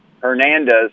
hernandez